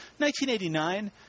1989